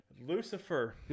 Lucifer